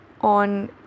on